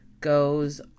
goes